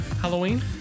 Halloween